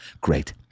great